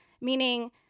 meaning